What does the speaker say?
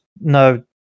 no